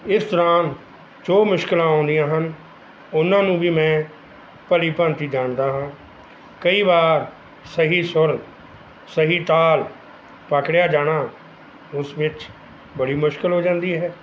ਇਸ ਤਰ੍ਹਾਂ ਜੋ ਮੁਸ਼ਕਲਾਂ ਆਉਂਦੀਆਂ ਹਨ ਉਹਨਾਂ ਨੂੰ ਵੀ ਮੈਂ ਭਲੀ ਭਾਂਤੀ ਜਾਣਦਾ ਹਾਂ ਕਈ ਵਾਰ ਸਹੀ ਸੁਰ ਸਹੀ ਤਾਲ ਪਕੜਿਆ ਜਾਣਾ ਉਸ ਵਿੱਚ ਬੜੀ ਮੁਸ਼ਕਿਲ ਹੋ ਜਾਂਦੀ ਹੈ